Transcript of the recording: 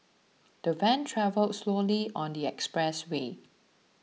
the van travelled slowly on the expressway